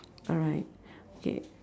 alright okay